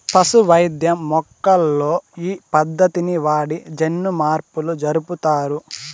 పశు వైద్యం మొక్కల్లో ఈ పద్దతిని వాడి జన్యుమార్పులు జరుపుతారు